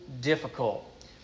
difficult